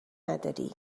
نداری